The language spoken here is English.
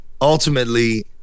ultimately